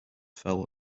fell